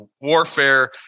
warfare